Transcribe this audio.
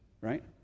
right